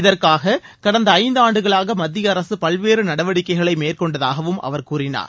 இதற்காக கடந்த ஐந்தாண்டுகளாக மத்திய அரசு பல்வேறு நடவடிக்கைகளை மேற்கொண்டதாகவும் அவர் கூறினார்